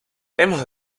hemos